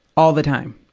all the time.